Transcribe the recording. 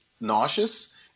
nauseous